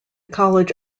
college